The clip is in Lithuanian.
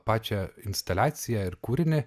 pačią instaliaciją ir kūrinį